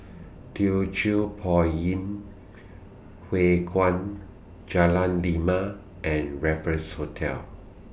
Teochew Poit Ip Huay Kuan Jalan Lima and Raffles Hotel